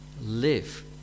live